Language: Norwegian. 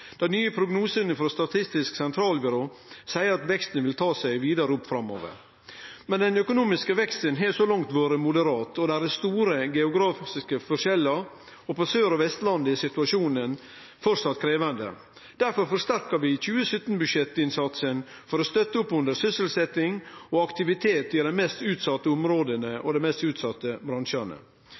Dei nye prognosane frå Statistisk sentralbyrå seier at veksten vil ta seg vidare opp framover. Den økonomiske veksten har så langt vore moderat. Det er store geografiske forskjellar, og på Sør- og Vestlandet er situasjonen framleis krevjande. Difor forsterkar vi i 2017-budsjettet innsatsen for å støtte opp under sysselsetjing og aktivitet i dei mest utsette områda og dei mest utsette